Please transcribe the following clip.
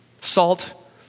Salt